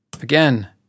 again